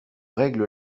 règle